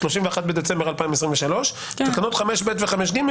31 בדצמבר 2023. תקנות 5ב ו-5ג,